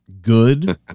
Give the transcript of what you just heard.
Good